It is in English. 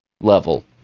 level